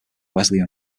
wesleyan